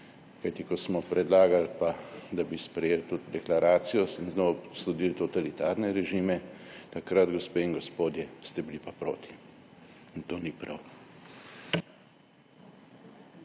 Kajti ko smo predlagali, da bi sprejeli tudi deklaracijo, z njo obsodili totalitarne režime, takrat, gospe in gospodje, ste bili pa proti. In to ni prav.